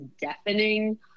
deafening